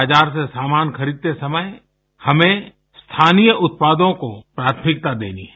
बाजार से सामान खरीदते समय हमें स्थानीय उत्पादों को प्राथमिकता देनी है